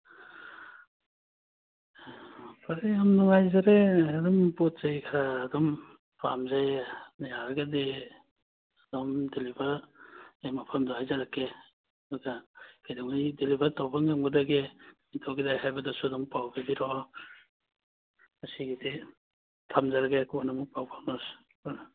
ꯐꯔꯦ ꯌꯥꯝ ꯅꯨꯡꯉꯥꯏꯖꯔꯦ ꯑꯗꯨꯝ ꯄꯣꯠ ꯆꯩ ꯈꯔ ꯑꯗꯨꯝ ꯄꯥꯝꯖꯩ ꯑꯗꯨꯅ ꯌꯥꯔꯒꯗꯤ ꯑꯗꯨꯝ ꯗꯤꯂꯤꯚꯔ ꯑꯩ ꯃꯐꯝꯗꯨ ꯍꯥꯏꯖꯔꯛꯀꯦ ꯑꯗꯨꯒ ꯀꯩꯗꯧꯉꯩ ꯗꯤꯂꯤꯚꯔ ꯇꯧꯕ ꯉꯝꯒꯗꯒꯦ ꯈꯣꯠꯀꯗꯒꯦ ꯍꯥꯏꯕꯗꯨꯁꯨ ꯑꯗꯨꯝ ꯄꯥꯎ ꯄꯤꯕꯤꯔꯛꯑꯣ ꯉꯁꯤꯒꯤꯗꯤ ꯊꯝꯖꯔꯒꯦ ꯀꯣꯟꯅ ꯑꯃꯨꯛ ꯄꯥꯎ ꯐꯥꯎꯅꯔꯁꯤ